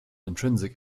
intrinsic